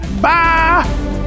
Bye